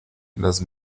las